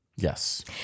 Yes